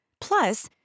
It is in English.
Plus